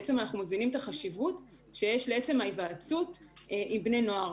אנחנו מבינים את החשיבות שיש לעצם ההיוועצות עם בני נוער,